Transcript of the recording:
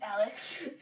Alex